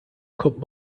kommt